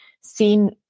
seen